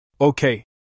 Okay